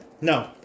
No